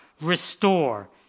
restore